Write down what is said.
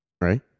right